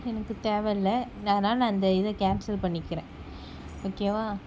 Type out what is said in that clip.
எனக்கு தேவைல்ல அதனால நான் இந்த இதை கேன்சல் பண்ணிக்கிறேன் ஓகேவா